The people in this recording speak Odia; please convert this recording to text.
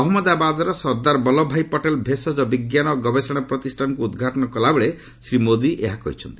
ଅହଜ୍ଞଦାବାଦ୍ର ସର୍ଦ୍ଦାର ବଲ୍ଲଭ ଭାଇ ପଟେଲ ଭେଷଜ ବିଜ୍ଞାନ ଓ ଗବେଷଣା ପ୍ରତିଷ୍ଠାନକୁ ଉଦ୍ଘାଟନ କଲାବେଳେ ଶ୍ରୀ ମୋଦି ଏହା କହିଛନ୍ତି